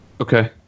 Okay